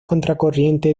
contracorriente